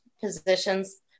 positions